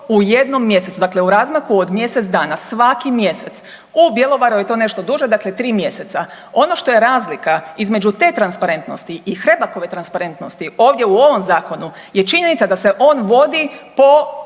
u jednom mjesecu, dakle u razmaku od mjesec dana, svaki mjesec. U Bjelovaru je to nešto duže, dakle 3 mjeseca. Ono što je razlika između te transparentnosti i Hrebakove transparentnosti ovdje u ovom zakonu je činjenica da se on vodi po